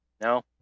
No